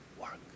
work